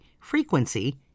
frequency